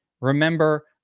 Remember